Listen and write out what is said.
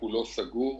שכולו סגור,